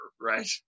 Right